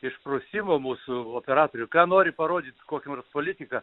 išprusimo mūsų operatorių ką nori parodyt kokį nors politiką